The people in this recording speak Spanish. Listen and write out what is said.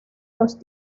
los